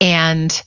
and